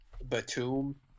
Batum